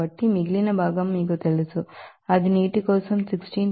కాబట్టి మిగిలిన భాగం మీకు తెలుసు అది నీటి కోసం 69